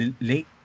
late